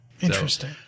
Interesting